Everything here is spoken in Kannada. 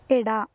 ಎಡ